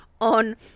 on